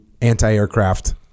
anti-aircraft